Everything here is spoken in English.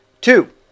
Two